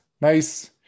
nice